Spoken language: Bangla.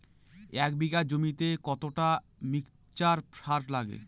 এক বিঘা জমিতে কতটা মিক্সচার সার লাগে?